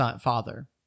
father